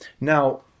Now